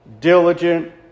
diligent